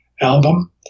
album